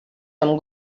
amb